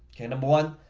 okay, number one.